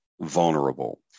vulnerable